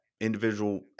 individual